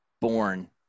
born